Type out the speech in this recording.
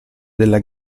della